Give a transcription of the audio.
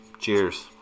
Cheers